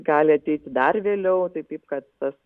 gali ateiti dar vėliau tai taip kad tas